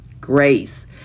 Grace